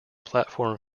platform